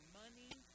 money